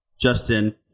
justin